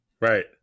Right